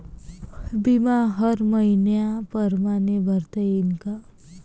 बिमा हर मइन्या परमाने भरता येऊन का?